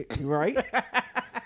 Right